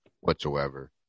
whatsoever